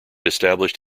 established